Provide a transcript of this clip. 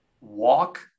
walk